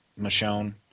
Michonne